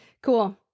Cool